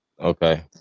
Okay